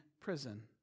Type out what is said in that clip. prison